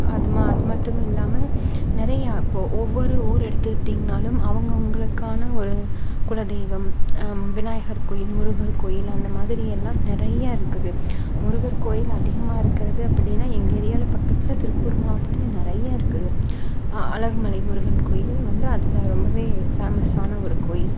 அதுமா அது மட்டும் இல்லாமல் நிறைய இப்போது ஒவ்வொரு ஊர் எடுத்துக்கிட்டிங்கனாலும் அவங்க அவங்களுக்கான ஒரு குலதெய்வம் விநாயகர் கோயில் முருகர் கோயில் அந்த மாதிரி எல்லாம் நிறைய இருக்குது முருகர் கோயில் அதிகமாக இருக்கிறது அப்படின்னா எங்கள் ஏரியாவில பக்கத்தில் திருப்பூர் மாவட்டத்திலே நிறைய இருக்குது ஆ அழகுமலை முருகன் கோயில் வந்து அதில் ரொம்பவே ஃபேமஸான ஒரு கோயில்